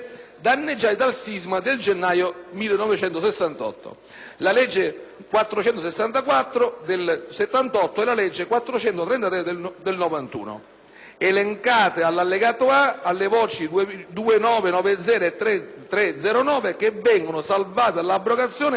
la legge n. 464 del 1978 e la legge n. 433 del 1991, elencate all'allegato A rispettivamente alle voci 2990 e 3309, che vengono salvate dall'abrogazione anche per la sensibilità del Ministro Calderoli, che